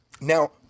Now